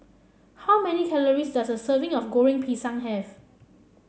how many calories does a serving of Goreng Pisang have